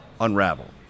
unravel